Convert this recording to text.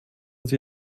sie